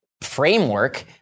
framework